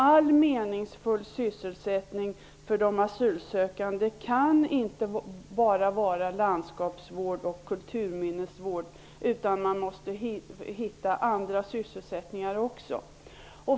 All meningsfull sysselsättning för de asylsökande kan inte bestå av landskapsvård och kulturminnesvård. Man måste hitta också andra sysselsättningar.